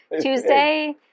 Tuesday